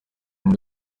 muri